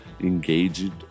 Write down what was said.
engaged